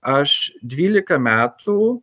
aš dvylika metų